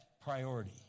priority